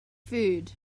food